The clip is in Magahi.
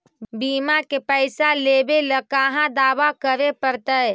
बिमा के पैसा लेबे ल कहा दावा करे पड़तै?